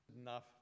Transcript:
Enough